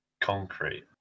concrete